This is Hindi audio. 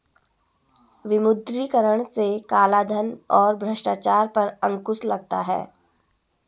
विमुद्रीकरण से कालाधन और भ्रष्टाचार पर अंकुश लगता हैं